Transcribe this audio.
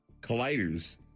colliders